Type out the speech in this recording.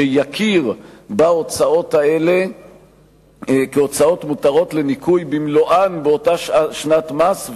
שיכיר בהוצאות האלה כהוצאות מותרות לניכוי במלואן באותה שנת מס,